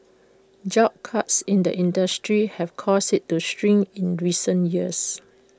job cuts in the industry have caused IT to shrink in recent years